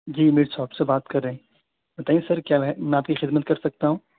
جی meat shop سے بات کر رہے ہیں بتائیے سر کیا ہے میں آپ کی خدمت کر سکتا ہوں